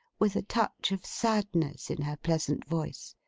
with a touch of sadness in her pleasant voice.